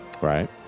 Right